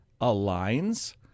aligns